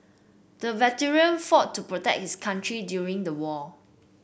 the veteran fought to protect his country during the war